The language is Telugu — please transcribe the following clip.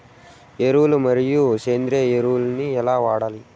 ఎరువులు మరియు సేంద్రియ ఎరువులని ఎలా వాడాలి?